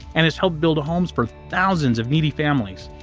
and has helped build a homes for thousands of needy families.